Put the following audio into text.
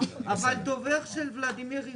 ויועברו לקרן לאזרחי ישראל